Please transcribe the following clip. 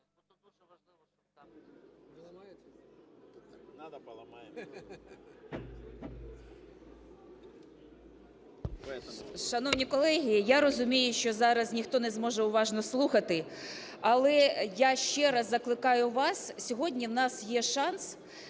Шановні колеги, я розумію, що зараз ніхто не зможе уважно слухати, але я ще раз закликаю вас: сьогодні у нас є шанс